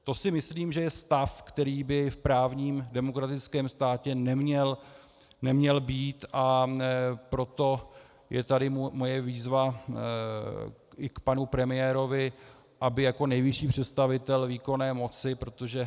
To si myslím, že je stav, který by v právním demokratickém státě neměl být, a proto je tady moje výzva i k panu premiérovi, aby jako nejvyšší představitel výkonné moci, protože